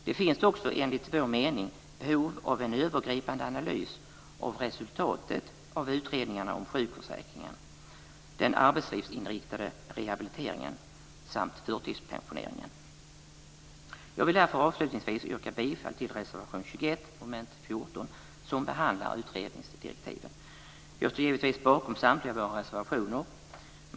Det finns också enligt vår mening behov av en övergripande analys av resultatet av utredningarna om sjukförsäkringen, den arbetslivsinriktade rehabiliteringen samt förtidspensioneringen. Jag vill därför avslutningsvis yrka bifall till reservation 21 under mom. 14, som behandlar utredningsdirektiven. Jag står givetvis bakom samtliga våra reservationer.